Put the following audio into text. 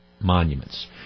monuments